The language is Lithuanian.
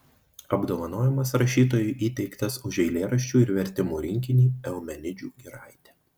apdovanojimas rašytojui įteiktas už eilėraščių ir vertimų rinkinį eumenidžių giraitė